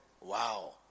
Wow